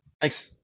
Thanks